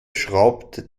schraubt